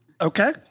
okay